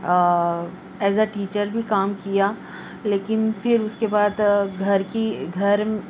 as a teacher بھی کام کیا لیکن پھر اس کے بعد گھر کی گھر